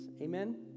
Amen